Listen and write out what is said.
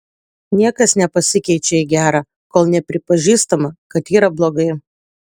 niekas nepasikeičia į gerą kol nepripažįstama kad yra blogai